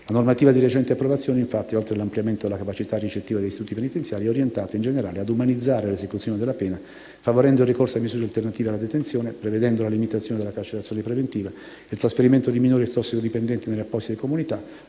La normativa di recente approvazione, infatti, oltre all'ampliamento della capacità ricettiva degli istituti penitenziari, è orientata, in generale, a umanizzare l'esecuzione della pena, favorendo il ricorso a misure alternative alla detenzione, prevedendo la limitazione della carcerazione preventiva, il trasferimento di minori e tossicodipendenti nelle apposite comunità,